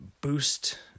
boost